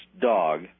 dog